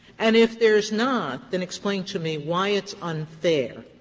and if there's not, then explain to me why it's unfair,